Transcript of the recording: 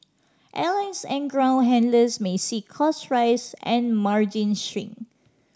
airlines and ground handlers may see costs rise and margins shrink